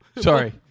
Sorry